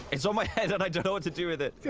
it's on my head and i don't know what to do with it.